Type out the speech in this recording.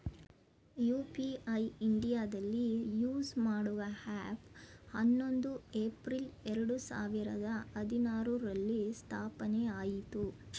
UPI ಇಂಡಿಯಾದಲ್ಲಿ use ಮಾಡುವ ಹ್ಯಾಪ್ ಹನ್ನೊಂದು ಏಪ್ರಿಲ್ ಎರಡು ಸಾವಿರದ ಹದಿನಾರುರಲ್ಲಿ ಸ್ಥಾಪನೆಆಯಿತು